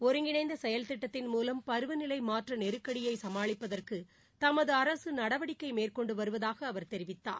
ஒருங்கிணைந்த செயல் திட்டத்தின் மூலம் பருவநிலை மாற்ற நெருக்கடியை சமாளிப்பதற்கு தமது அரசு நடவடிக்கை மேற்கொண்டு வருவதாக அவர் தெரிவித்தார்